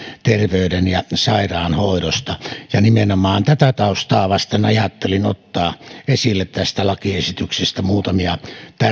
terveyden ja sairaanhoidosta nimenomaan tätä taustaa vasten ajattelin ottaa esille tästä lakiesityksestä muutamia